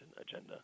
agenda